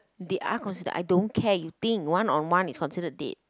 they are considered I don't care you think one on one is considered date